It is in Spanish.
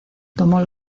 tomó